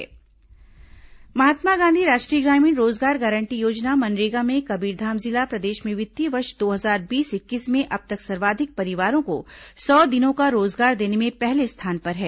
मनरेगा कबीरधाम महात्मा गांधी राष्ट्रीय ग्रामीण रोजगार गारंटी योजना मनरेगा में कबीरधाम जिला प्रदेश में वित्तीय वर्ष दो हजार बीस इक्कीस में अब तक सर्वाधिक परिवारों को सौ दिनों का रोजगार देने में पहले स्थान पर है